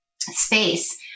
space